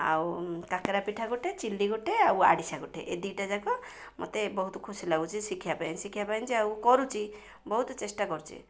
ଆଉ କାକେରା ପିଠା ଗୋଟେ ଚିଲି ଗୋଟେ ଆଉ ଆରିଶା ଗୋଟେ ଏ ଦୁଇଟା ଯାକ ମୋତେ ବହୁତ ଖୁସି ଲାଗୁଛି ଶିଖିବା ପାଇଁ ଶିଖିବା ପାଇଁ ଯେ ଆଉ କରୁଛି ବହୁତ ଚେଷ୍ଟା କରୁଛି